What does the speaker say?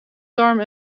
darm